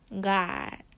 God